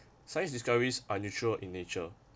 science discoveries are neutral in nature